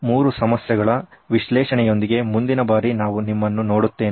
ಮೂರು ಸಮಸ್ಯೆಗಳ ವಿಶ್ಲೇಷಣೆಯೊಂದಿಗೆ ಮುಂದಿನ ಬಾರಿ ನಾವು ನಿಮ್ಮನ್ನು ನೋಡುತ್ತೇನೆ